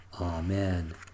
Amen